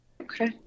Okay